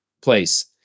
place